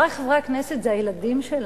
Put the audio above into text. חברי חברי הכנסת, זה הילדים שלנו.